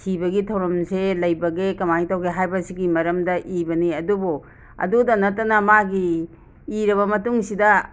ꯁꯤꯕꯒꯤ ꯊꯧꯔꯝꯁꯦ ꯂꯩꯕꯒꯦ ꯀꯃꯥꯏ ꯇꯧꯒꯦ ꯍꯥꯏꯕꯁꯤꯒꯤ ꯃꯔꯝꯗ ꯏꯕꯅꯤ ꯑꯗꯨꯕꯨ ꯑꯗꯨꯗ ꯅꯇꯅ ꯃꯥꯒꯤ ꯏꯔꯕ ꯃꯇꯨꯡꯁꯤꯗ